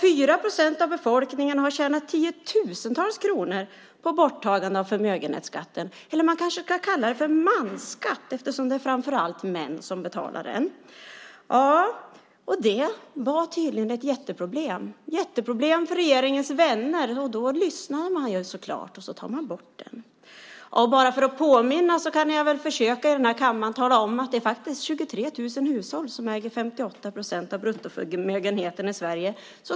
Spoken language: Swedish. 4 procent av befolkningen har tjänat tiotusentals kronor på borttagandet av förmögenhetsskatten, eller man kanske ska kalla den för mansskatt eftersom det framför allt är män som betalar den. Det var tydligen ett jätteproblem för regeringens vänner, och då lyssnar man så klart, och så tar man bort den. Bara för att påminna kan jag här i kammaren tala om att det faktiskt är 23 000 hushåll som äger 58 procent av bruttoförmögenheten i Sverige.